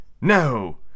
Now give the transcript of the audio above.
No